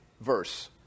verse